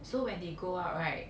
so when they go out right